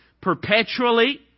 perpetually